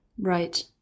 Right